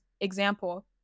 example